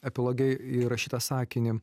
epiloge įrašytą sakinį